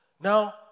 Now